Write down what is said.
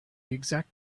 exact